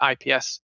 IPS